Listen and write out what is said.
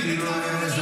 בלי פלסטין, בלי כלום.